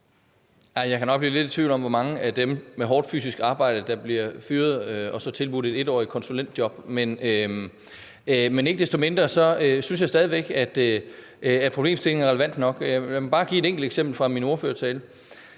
Jeg kan nok blive lidt i tvivl om, hvor mange af dem med hårdt fysisk arbejde, der bliver fyret og får tilbudt et 1-årigt konsulentjob. Men ikke desto mindre synes jeg stadig væk, at problemstillingen er relevant nok. Lad mit bare give et enkelt eksempel fra min ordførertale.